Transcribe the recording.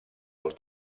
els